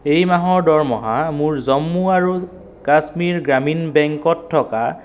এই মাহৰ দৰমহা মোৰ জম্মু আৰু কাশ্মীৰ গ্ৰামীণ বেংকত থকা